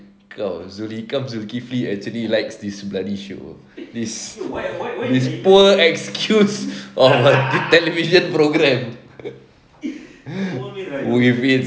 kau zuleika zulkifli actually likes this bloody show this poor excuse on my television program